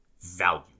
value